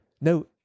no